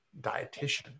dietitian